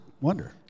wonder